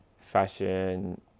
fashion